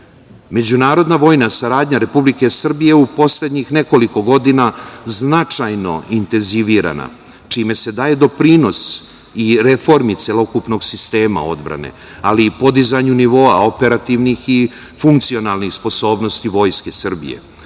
odnosa.Međunarodna vojna saradnja Republike Srbije u poslednjih nekoliko godina značajno je intenzivirana, čime se daje doprinos i reformi celokupnog sistema odbrane, ali i podizanju nivoa operativnih i funkcionalnih sposobnosti Vojske Srbije,